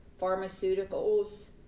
pharmaceuticals